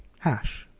hash,